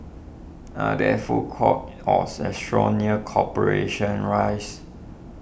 are there food courts or restaurants near Corporation Rise